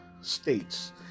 states